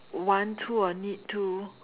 want to or need to